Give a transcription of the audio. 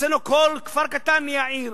אצלנו כל כפר קטן נהיה עיר.